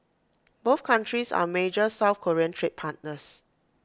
both countries are major south Korean trade partners